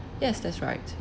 yes that's right